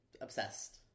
obsessed